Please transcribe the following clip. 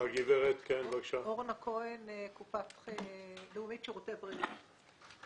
אני מקופת חולים לאומית, שירותי בריאות.